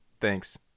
Thanks